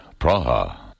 Praha